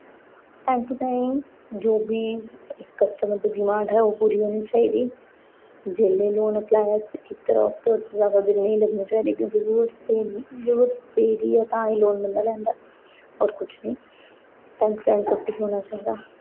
time to time जो बी customer दी डिमांड ऐ ओह् पूरी होनी चाहिदी जेल्लै लोन अप्लाई आस्तै कीते दा होग ते ओह्दे च जादा दिन नेईं लग्गने चाहिदे क्योंकि जरूरत पेई जंदी जरूरत पेदी होग तां गै लोन बंदा लैंदा होर कुछ निं टाइम टू टाइम सब कुछ होना चाहिदा